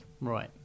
Right